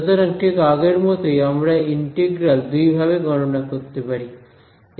সুতরাং ঠিক আগের মতই আমরা ইন্টিগ্রাল দুইভাবে গণনা করতে পারি